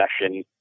session